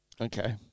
Okay